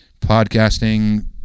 podcasting